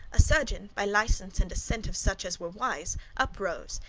a surgeon, by licence and assent of such as were wise, up rose,